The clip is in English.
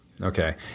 okay